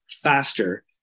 faster